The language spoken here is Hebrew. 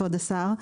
כבוד השר,